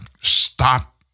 stop